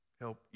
Help